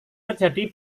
terjadi